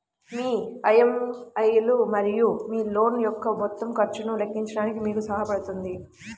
మీ EMI లు మరియు మీ లోన్ యొక్క మొత్తం ఖర్చును లెక్కించడానికి మీకు సహాయపడుతుంది